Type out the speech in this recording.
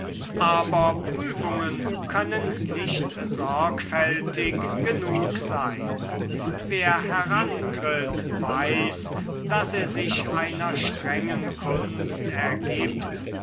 aber prüfungen können nicht sorgfältig genug sein wer herantritt weiß daß er sich einer strengen kunst ergibt